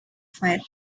fire